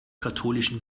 katholischen